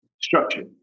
structure